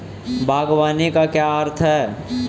बागवानी का क्या अर्थ है?